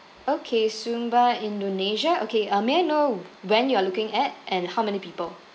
okay sumba indonesia okay uh may I know when you're looking at and how many people